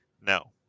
No